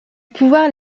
pouvoir